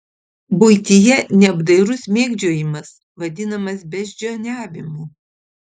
buityje neapdairus mėgdžiojimas vadinamas beždžioniavimu